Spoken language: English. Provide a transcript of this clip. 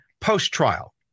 post-trial